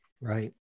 Right